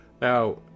Now